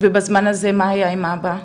ובזמן הזה מה היה עם אבא?